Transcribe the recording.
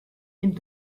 dem